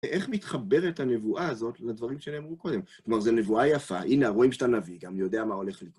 איך מתחברת הנבואה הזאת לדברים שנאמרו קודם? זאת אומרת, זו נבואה יפה, הנה, רואים שאתה נביא, גם יודע מה הולך לקרות